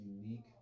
unique